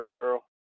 girl